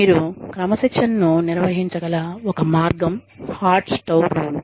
మీరు క్రమశిక్షణను నిర్వహించగల ఒక మార్గం హాట్ స్టవ్ రూల్